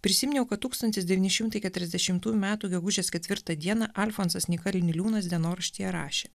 prisiminiau kad tūkstantis devyni šimtai keturiasdešimtųjų metų gegužės ketvirtą dieną alfonsas nyka niliūnas dienoraštyje rašė